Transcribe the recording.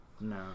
No